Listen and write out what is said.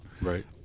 right